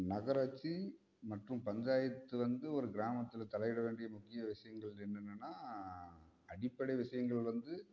நகராட்சி மற்றும் பஞ்சாயத்து வந்து ஒரு கிராமத்தில் தலையிட வேண்டிய முக்கிய விஷயங்கள் என்னென்னால் அடிப்படை விஷயங்கள் வந்து